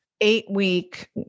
Eight-week